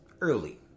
early